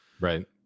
Right